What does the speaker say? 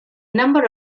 number